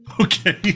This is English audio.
Okay